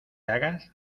hagas